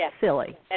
silly